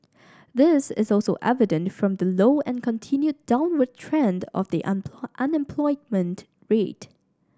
this is also evident from the low and continued downward trend of the unemployment rate